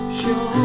show